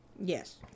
Yes